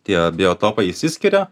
tie biotopai išsiskiria